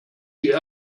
sie